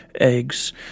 eggs